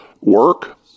work